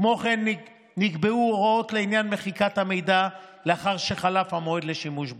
כמו כן נקבעו הוראות לעניין מחיקת המידע לאחר שחלף המועד לשימוש בו.